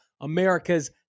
America's